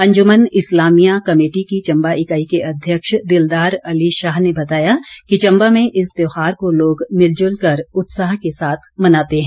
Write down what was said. अंजुमन Islamia committee की चम्बा इकाई के अध्यक्ष दिलदार अली शाह ने बताया कि चम्बा में इस त्यौहार को लोग मिलजुल कर उत्साह के साथ मनाते हैं